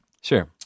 Sure